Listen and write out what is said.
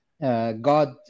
God